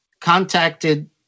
contacted